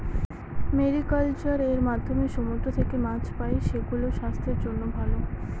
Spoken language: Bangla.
মেরিকালচার এর মাধ্যমে সমুদ্র থেকে মাছ পাই, সেগুলো স্বাস্থ্যের জন্য ভালো